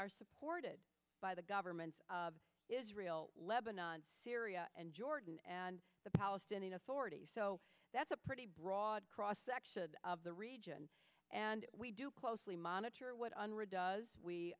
are supported by the governments of israel lebanon syria and jordan and the palestinian authority so that's a pretty broad cross section of the region and we do closely monitor what